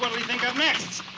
what will he think of next?